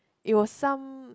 it was some